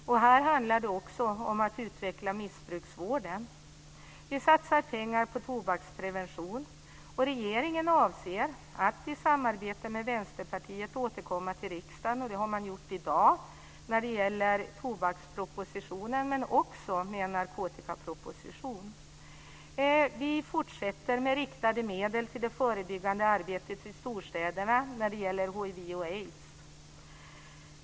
Här handlar det också om att utveckla missbrukarvården. Vi satsar pengar på tobaksprevention, och regeringen avser att i samarbete med Vänsterpartiet återkomma till riksdagen med propositioner. Det har man gjort i dag med en tobaksproposition, men man kommer också med en narkotikaproposition. Vi fortsätter med riktade medel till det förebyggande arbetet i storstäderna när det gäller hiv och aids.